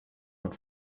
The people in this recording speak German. und